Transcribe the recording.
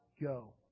go